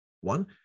one